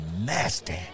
nasty